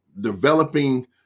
developing